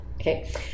okay